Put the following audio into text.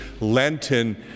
Lenten